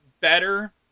better